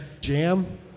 jam